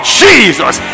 jesus